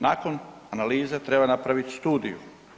Nakon analize treba napraviti studiju.